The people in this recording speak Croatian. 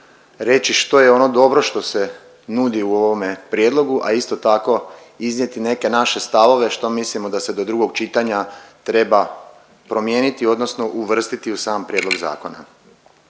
reći što je ono dobro što se nudi u ovome prijedlogu, a isto tako iznijeti neke naše stavove što mislimo da se do drugog čitanja treba promijeniti odnosno uvrstiti u sam prijedlog zakona.